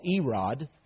Erod